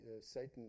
Satan